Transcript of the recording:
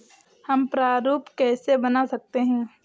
हम प्रारूप कैसे बना सकते हैं?